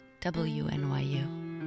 WNYU